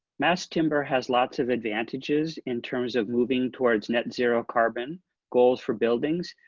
mass timber has lots of advantages in terms of moving towards net zero carbon goals for buildings.